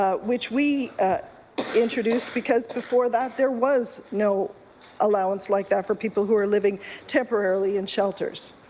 ah which we introduced because before that there was no allowance like that for people who are living temporarily in shelters.